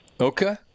Okay